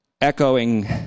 echoing